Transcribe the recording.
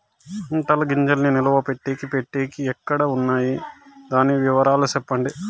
పంటల గింజల్ని నిలువ పెట్టేకి పెట్టేకి ఎక్కడ వున్నాయి? దాని వివరాలు సెప్పండి?